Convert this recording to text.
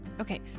okay